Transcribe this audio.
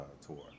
tour